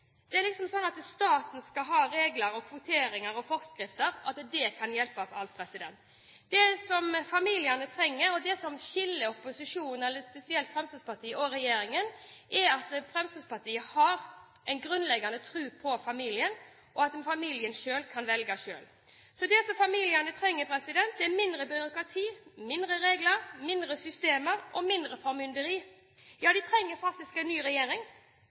Det er liksom sånn at staten skal ha regler, kvoteringer og forskrifter, og at det kan hjelpe på alt. Det som familiene trenger, og det som skiller opposisjonen – eller spesielt Fremskrittspartiet – og regjeringen, er at Fremskrittspartiet har en grunnleggende tro på familien, og at familien selv kan velge. Det familien trenger, er mindre byråkrati, mindre regler, mindre systemer og mindre formynderi. Ja, de trenger faktisk en ny regjering